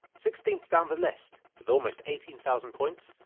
sixteenth down the list, with almost eighteen thousand points,